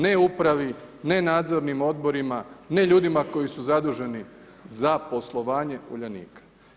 Ne upravi, ne nadzornim odborima, ne ljudima koji su zaduženi za poslovanje Uljanika.